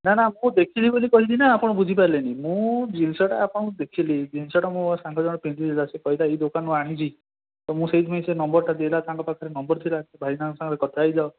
ନା ନା ଆପଣ ଦେଖିବେ ବୋଲି କହିଲି ନା ଆପଣ ବୁଝିପାରିଲେନି ମୁଁ ଜିନିଷଟା ଆପଣଙ୍କୁ ଦେଖିଲି ଜିନିଷଟା ମୋ ସାଙ୍ଗ ଜଣେ ପିନ୍ଧିଥିଲା ସେ କହିଲା ମୁଁ ଏହି ଦୋକାନରୁ ଆଣିଲି ତ ମୁଁ ସେଇଥିପାଇଁ ସେ ନମ୍ବରଟା ଦେଲା ତାଙ୍କ ପାଖରେ ନମ୍ବର ଥିଲା ସେ ଭାଇନାଙ୍କ ସାଙ୍ଗରେ କଥା ହୋଇଯାଅ